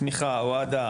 תמיכה או אהדה,